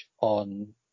on